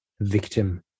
victim